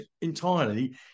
entirely